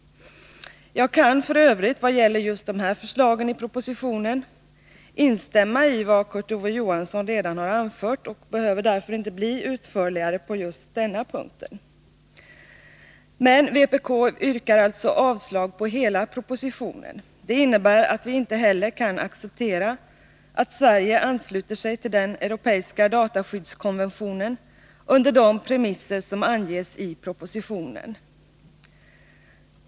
Jag kan f. ö. vad gäller dessa förslag i propositionen instämma i vad Kurt Ove Johansson redan har anfört och behöver därför inte bli utförligare på den här punkten. Vpk yrkar alltså avslag på hela propositionen. Det innebär att vi inte kan acceptera att Sverige ansluter sig till Europeiska dataskyddskonventionen under de premisser som anges i propositionen.